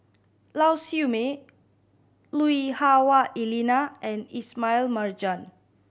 Lau Siew Mei Lui Hah Wah Elena and Ismail Marjan